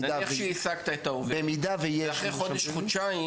נניח שהעסקת את העובד, אבל אחרי חודש-חודשיים?